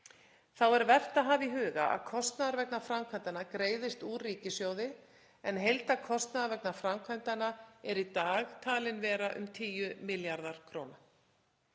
Þá er vert að hafa í huga að kostnaður vegna framkvæmdanna greiðist úr ríkissjóði en heildarkostnaður vegna framkvæmdanna er í dag talinn vera í kringum 10 milljarðar kr..